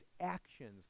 actions